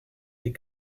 des